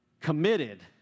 committed